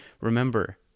Remember